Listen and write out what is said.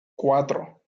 cuatro